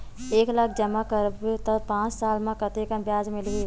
एक लाख जमा करबो त पांच साल म कतेकन ब्याज मिलही?